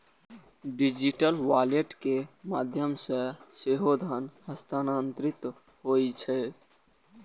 digital wallet के माध्यम सं सेहो धन हस्तांतरित होइ छै